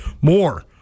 More